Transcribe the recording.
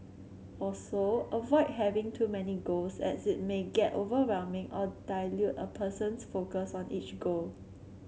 also avoid having too many goals as it may get overwhelming or dilute a person's focus on each goal